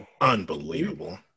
Unbelievable